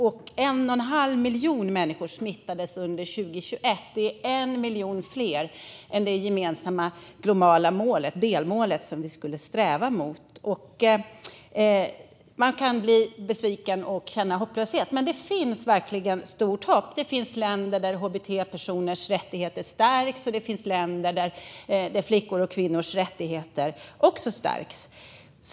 Under 2021 smittades en och en halv miljon människor - en miljon fler än det gemensamma globala delmålet som vi skulle sträva mot. Man kan bli besviken och känna hopplöshet, men det finns verkligen stort hopp. Det finns länder där hbt-personers rättigheter stärks, och det finns länder där flickors och kvinnors rättigheter också stärks.